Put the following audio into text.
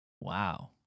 Wow